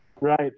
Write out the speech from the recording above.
Right